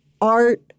Art